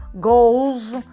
goals